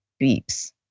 beeps